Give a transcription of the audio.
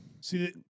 See